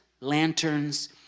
lanterns